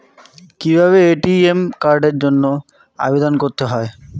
কিভাবে এ.টি.এম কার্ডের জন্য আবেদন করতে হয়?